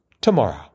tomorrow